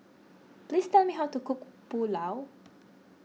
please tell me how to cook Pulao